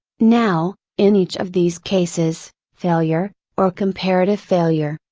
now, in each of these cases, failure, or comparative failure,